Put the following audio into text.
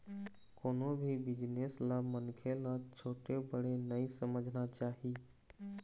कोनो भी बिजनेस ल मनखे ल छोटे बड़े नइ समझना चाही